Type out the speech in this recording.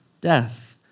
death